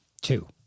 two